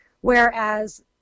whereas